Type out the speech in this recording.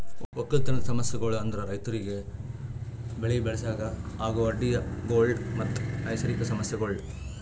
ಒಕ್ಕಲತನದ್ ಸಮಸ್ಯಗೊಳ್ ಅಂದುರ್ ರೈತುರಿಗ್ ಬೆಳಿ ಬೆಳಸಾಗ್ ಆಗೋ ಅಡ್ಡಿ ಗೊಳ್ ಮತ್ತ ನೈಸರ್ಗಿಕ ಸಮಸ್ಯಗೊಳ್